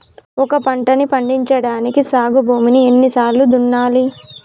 ఒక పంటని పండించడానికి సాగు భూమిని ఎన్ని సార్లు దున్నాలి?